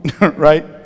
right